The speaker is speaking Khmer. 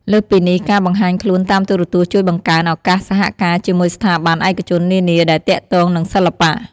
លើសពីនេះ ការបង្ហាញខ្លួនតាមទូរទស្សន៍ជួយបង្កើនឱកាសសហការជាមួយស្ថាប័នឯកជននានាដែលទាក់ទងនឹងសិល្បៈ។